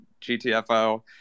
GTFO